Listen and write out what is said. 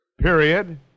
Period